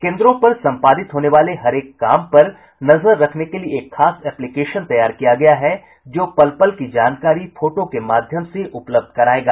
केंद्रों पर संपादित होने वाले हरेक काम पर नजर रखने के लिये एक खास एप्लिकेशन तैयार किया गया है जो पल पल की जानकारी फोटो के माध्यम से उपलब्ध करायेगा